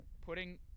putting